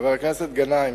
חבר הכנסת גנאים,